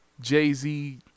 Jay-Z